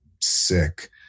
sick